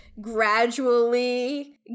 gradually